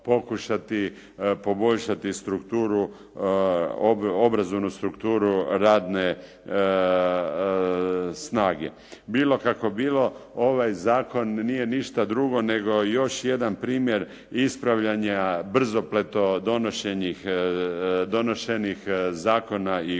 pokušati poboljšati obrazovnu strukturu radne snage. Bilo kako bilo ovaj zakon nije ništa drugo nego još jedan primjer ispravljanja brzopleto donošenih zakona i